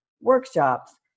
workshops